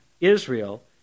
Israel